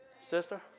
Sister